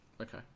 Okay